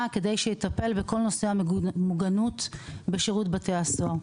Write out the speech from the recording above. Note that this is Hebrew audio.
לטפל בכל נושא המוגנות בשירות בתי הסוהר.